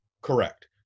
correct